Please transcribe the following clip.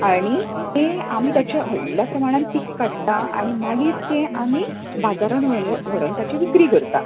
आनी तें आमी ताचें व्होडल्या प्रमाणान पीक काडटा आनी मागीर तें आमी बाजारान व्हरो व्हरोन ताची विक्री करता